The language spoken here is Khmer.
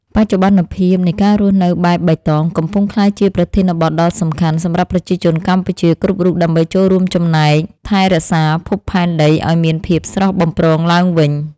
បច្ចុប្បន្នភាពនៃការរស់នៅបែបបៃតងកំពុងក្លាយជាប្រធានបទដ៏សំខាន់សម្រាប់ប្រជាជនកម្ពុជាគ្រប់រូបដើម្បីចូលរួមចំណែកថែរក្សាភពផែនដីឱ្យមានភាពស្រស់បំព្រងឡើងវិញ។